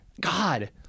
god